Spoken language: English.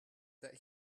that